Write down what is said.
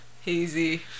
hazy